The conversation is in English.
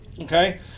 Okay